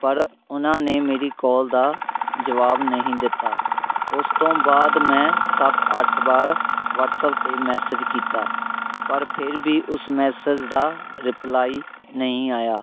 ਪਰ ਉਹਨਾਂ ਨੇ ਮੇਰੀ ਕੌਲ ਦਾ ਜਵਾਬ ਨਹੀਂ ਦਿੱਤਾ ਉਸ ਤੋਂ ਬਾਅਦ ਮੈਂ ਸੱਤ ਅੱਠ ਵਾਰ ਵੱਟਸਐਪ 'ਤੇ ਮੈਸੇਜ ਕੀਤਾ ਪਰ ਫਿਰ ਵੀ ਉਸ ਮੈਸੇਜ ਦਾ ਰਿਪਲਾਈ ਨਹੀਂ ਆਇਆ